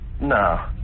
No